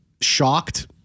shocked